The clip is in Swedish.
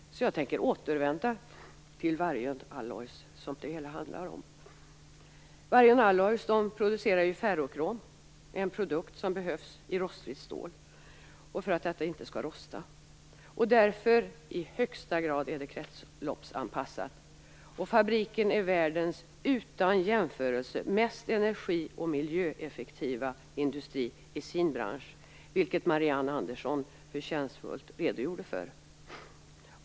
Jag tänker därför återvända till Vargön Alloys, som det hela handlar om. Vargön Alloys producerar ferrokrom, en produkt som behövs i rostfritt stål för att detta inte skall rosta, och är därför i högsta grad kretsloppsanpassat. Fabriken är världens utan jämförelse mest energi och miljöeffektiva industri i sin bransch, vilket Marianne Andersson förtjänstfullt redogjorde för.